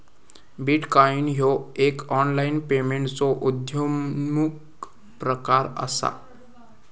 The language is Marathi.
बिटकॉईन ह्यो एक ऑनलाईन पेमेंटचो उद्योन्मुख प्रकार असा